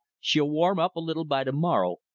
she'll warm up a little by to-morrow,